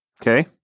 Okay